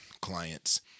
clients